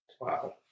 Wow